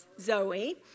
zoe